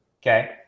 Okay